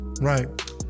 right